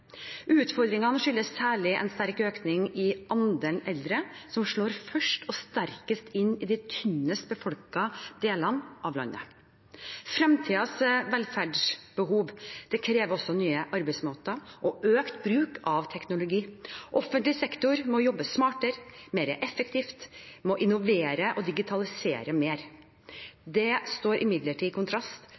Utfordringene skyldes særlig en sterk økning i andelen eldre, som slår først og sterkest inn i de tynnest befolkede delene av landet. Fremtidens velferdsbehov krever også nye arbeidsmåter og økt bruk av teknologi. Offentlig sektor må jobbe smartere, mer effektivt, må innovere og digitalisere mer. Dette står imidlertid i kontrast